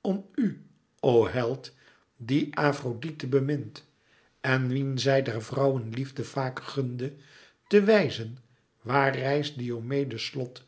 om u o held dien afrodite bemint en wien zij der vrouwen liefde vaak gunde te wijzen waar rijst diomedes slot